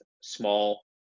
small